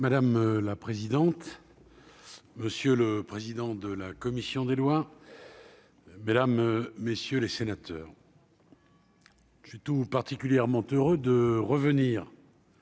Madame la présidente, monsieur le président de la commission des lois, mesdames, messieurs les sénateurs. Je suis tout particulièrement heureux de revenir.